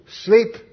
sleep